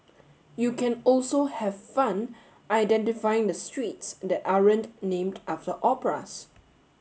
you can also have fun identifying the streets that aren't named after operas